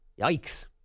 Yikes